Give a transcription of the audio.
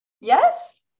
yes